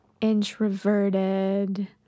introverted